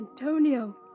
Antonio